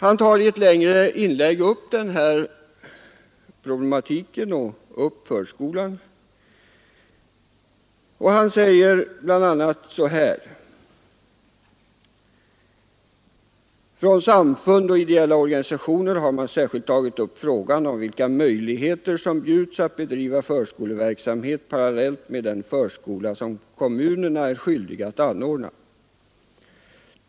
Han tar i ett längre inlägg upp problematiken kring förskolan och skriver bl.a.: ”Från samfund och ideella organisationer har man särskilt tagit upp frågan om vilka möjligheter som bjuds att bedriva förskoleverksamhet parallellt med den förskola som kommunerna är skyldiga att anordna.